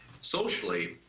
socially